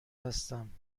هستم